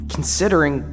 Considering